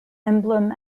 emblem